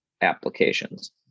applications